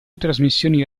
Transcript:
trasmissioni